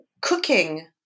cooking